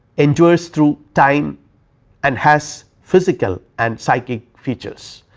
endures through time and has physical and psychic features.